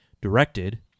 Directed